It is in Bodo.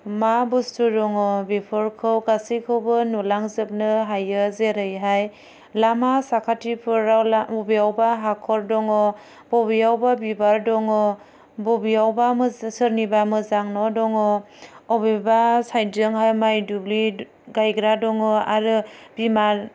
मा बुस्थु दङ बेफोरखौ गासैखौबो नुलांजोबनो हायो जेरैहाय लामा साखाथिफोराव ला अबेयावबा हाखर दङ बबेयावबा बिबार दङ बबेयावबा मोज सोरनिबा मोजां न' दङ अबेबा साइटजोंहाय माय दुब्लि गायग्रा दङ आरो बिमा